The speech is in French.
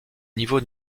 niveaux